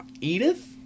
Edith